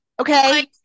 okay